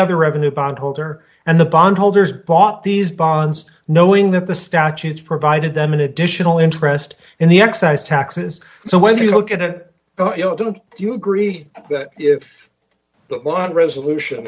other revenue bond holder and the bond holders bought these bonds knowing that the statutes provided them an additional interest in the excise taxes so when you look at it don't you agree if what resolution